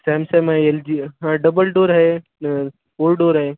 Samsung आहे L G हा double door आहे फोर डोर आहे